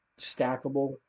Stackable